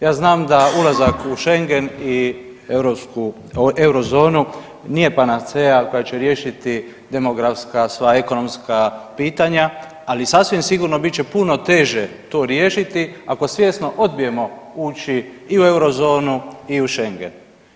Ja znam da ulazak u Schengen i europsku, Eurozonu, nije panaceja koja će riješiti demografska sva ekonomska pitanja, ali sasvim sigurno bit će puno teže to riješiti ako svjesno odbijemo ući i u Eurozonu i u Schengen.